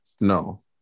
no